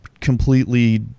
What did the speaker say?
completely